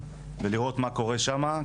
ולראות מה קורה שם,